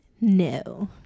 No